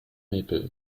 maple